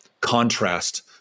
contrast